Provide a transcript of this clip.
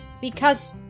Because